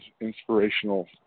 inspirational